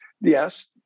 yes